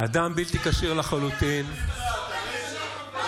בן גביר מצוין, שר מצוין.